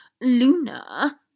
Luna